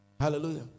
Hallelujah